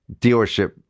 dealership